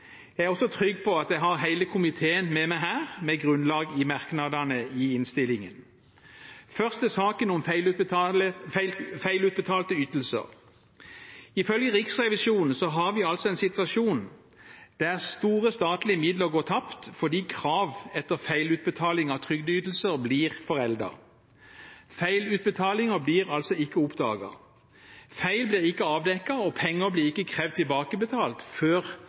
Jeg er også trygg på at jeg har hele komiteen med meg her, med grunnlag i merknadene i innstillingen. Først til saken om feilutbetalte ytelser: Ifølge Riksrevisjonen har vi altså en situasjon der store statlige midler går tapt fordi krav etter feilutbetaling av trygdeytelser blir foreldet. Feilutbetalinger blir altså ikke oppdaget. Feil blir ikke avdekket, og penger blir ikke krevd tilbakebetalt før